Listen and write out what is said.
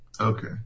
okay